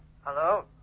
Hello